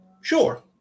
Sure